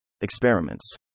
Experiments